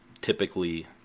typically